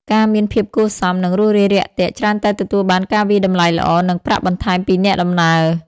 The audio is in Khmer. ការមានភាពគួរសម និងរួសរាយរាក់ទាក់ ច្រើនតែទទួលបានការវាយតម្លៃល្អ និងប្រាក់បន្ថែមពីអ្នកដំណើរ។